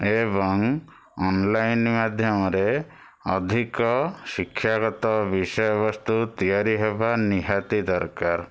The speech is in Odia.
ଏବଂ ଅନଲାଇନ୍ ମାଧ୍ୟମରେ ଅଧିକ ଶିକ୍ଷାଗତ ବିଷୟବସ୍ତୁ ତିଆରିହେବା ନିହାତି ଦରକାର